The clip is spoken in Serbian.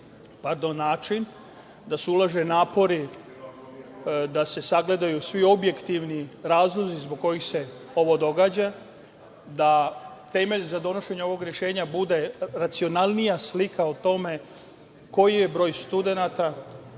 način, da se ulože napori da se sagledaju svi objektivni razlozi zbog kojih se ovo događa, da temelj za donošenje ovog rešenja bude racionalnija slika o tome koji je broj studenata,